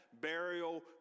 burial